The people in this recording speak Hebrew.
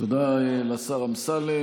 תודה לשר אמסלם.